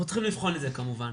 אנחנו צריכים לבחון את זה כמובן.